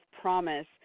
promise